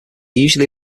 usually